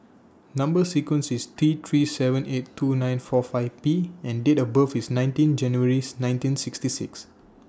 Number sequence IS T three seven eight two nine four five P and Date of birth IS nineteen January's nineteen sixty six